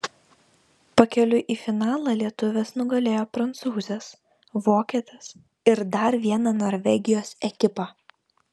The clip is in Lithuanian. pakeliui į finalą lietuvės nugalėjo prancūzes vokietes ir dar vieną norvegijos ekipą